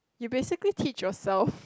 you basically teach yourself